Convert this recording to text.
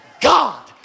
God